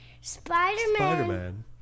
Spider-Man